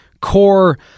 core